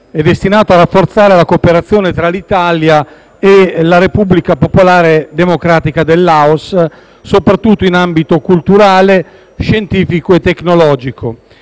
è destinato a rafforzare la cooperazione tra l'Italia e la Repubblica popolare democratica del Laos, soprattutto in ambito culturale, scientifico e tecnologico,